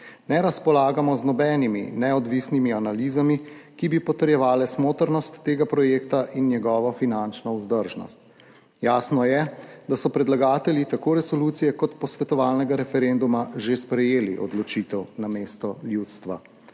ne razpolagamo z nobenimi neodvisnimi analizami, ki bi potrjevale smotrnost tega projekta in njegovo finančno vzdržnost. Jasno je, da so predlagatelji tako resolucije kot posvetovalnega referenduma že sprejeli odločitev namesto ljudstva.